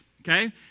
okay